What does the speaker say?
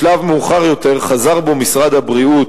בשלב מאוחר יותר משרד הבריאות,